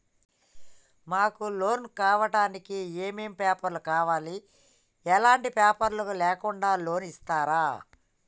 మాకు లోన్ కావడానికి ఏమేం పేపర్లు కావాలి ఎలాంటి పేపర్లు లేకుండా లోన్ ఇస్తరా?